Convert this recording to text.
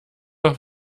noch